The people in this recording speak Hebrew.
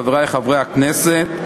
חברי חברי הכנסת,